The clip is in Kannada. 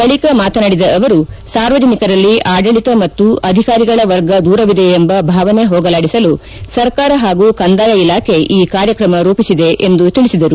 ಬಳಿಕ ಮಾತನಾಡಿದ ಅವರು ಸಾರ್ವಜನಿಕರಲ್ಲಿ ಆಡಳಿತ ಮತ್ತು ಅಧಿಕಾರಿಗಳ ವರ್ಗ ದೂರವಿದೆ ಎಂಬ ಭಾವನೆ ಹೋಗಲಾಡಿಸಲು ಸರ್ಕಾರ ಹಾಗೂ ಕಂದಾಯ ಇಲಾಖೆ ಈ ಕಾರ್ಯಕ್ರಮ ರೂಪಿಸಿದೆ ಎಂದು ಹೇಳಿದರು